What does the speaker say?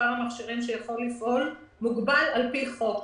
מספר המכשירים שיכול לפעול מוגבל על פי חוק.